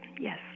yes